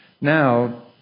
Now